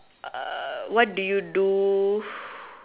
uh what do you do